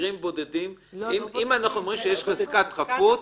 אם אנחנו אומרים שיש חזקת חפות,